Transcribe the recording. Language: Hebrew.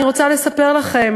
אני רוצה לספר לכם,